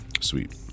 sweet